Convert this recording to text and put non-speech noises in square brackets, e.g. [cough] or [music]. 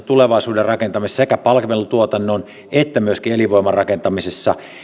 [unintelligible] tulevaisuuden rakentamisessa sekä palvelutuotannon että myöskin elinvoiman rakentamisessa